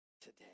today